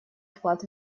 вклад